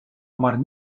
maar